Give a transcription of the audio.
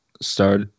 start